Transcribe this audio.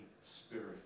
Spirit